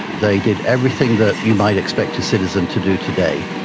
they did everything that you might expect a citizen to do today,